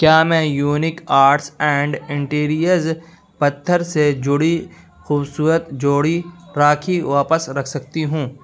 کیا میں unique arts and interiors پتھر سے جڑی خوبصورت جوڑی راکھی واپس رکھ سکتی ہوں